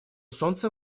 солнце